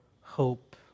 hope